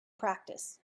practice